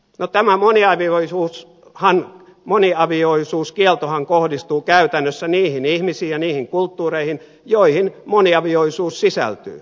no tämä moniavioisuuskieltohan kohdistuu käytännössä niihin ihmisiin ja niihin kulttuureihin joihin moniavioisuus sisältyy